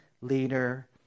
leader